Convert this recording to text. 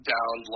Down